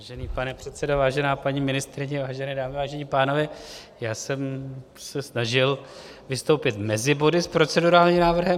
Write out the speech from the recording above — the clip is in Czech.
Vážený pane předsedo, vážená paní ministryně, vážené dámy, vážení pánové, já jsem se snažil vystoupit mezi body s procedurálním návrhem.